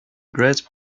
great